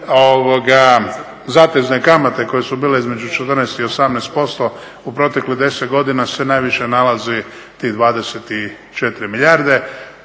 zatezne kamate koje su bile između 14 i 18% u proteklih 10 godina se najviše nalazi tih 24 milijarde.